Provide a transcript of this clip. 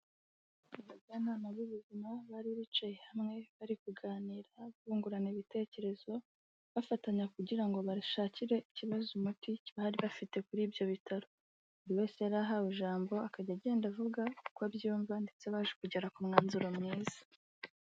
Abajyanama b'ubuzima bari bicaye hamwe bari kuganira bungurana ibitekerezo, bafatanya kugira ngo bashakire ikibazo umuti bari bafite kuri ibyo bitaro, buri wese yari ahawe ijambo akajya agenda avuga uko abyumva ndetse baje kugera ku mwanzuro mwiza.